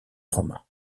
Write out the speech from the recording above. romains